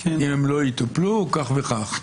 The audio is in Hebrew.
אם הן לא יטופלו כך וכך.